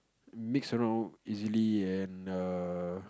mix around easily and err